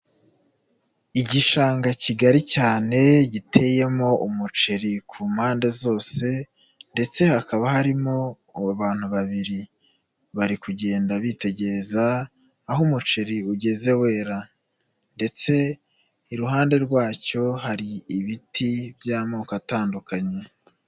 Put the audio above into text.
Igishanga kigari cyane giteyemo umuceri ku mpande zose ndetse hakaba harimo abantu babiri, bari kugenda bitegereza aho umuceri ugeze wera ndetse iruhande rwacyo hari ibiti by'amoko atandukanye.